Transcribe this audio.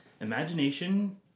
imagination